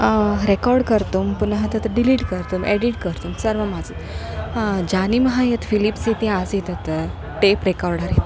record कर्तुं पुनः तत् डिलीट् कर्तुम् एडिट् कर्तुं सर्वम् आसीत् अ जानीमः यत् फ़िलिप्स् इति आसीत् तत् टेप् रेकार्डर् इति